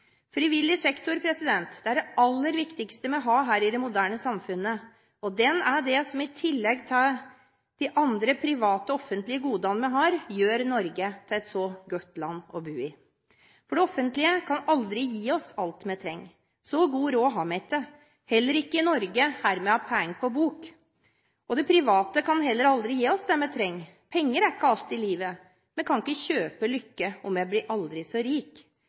Frivillig sektor er det aller viktigste vi har i et moderne samfunn. Den er det som, i tillegg til de andre private og offentlige godene vi har, gjør Norge til et så godt land å bo i. For det offentlige kan aldri gi oss alt vi trenger. Så god råd har vi ikke, heller ikke i Norge, der vi har «pæeng på bok». Det private kan heller aldri gi oss det vi trenger. Penger er ikke alt i livet. Vi kan ikke kjøpe oss lykke om vi blir aldri så